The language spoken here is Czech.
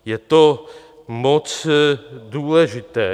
Je to moc důležité.